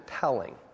telling